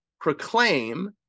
proclaim